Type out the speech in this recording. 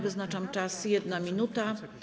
Wyznaczam czas - 1 minuta.